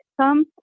come